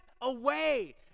away